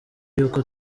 y’uko